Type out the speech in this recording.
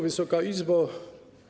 Wysoka Izbo!